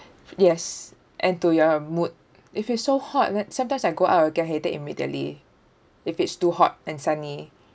yes and to your mood if it's so hot like sometimes I go out I get headache immediately if it's too hot and sunny